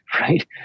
right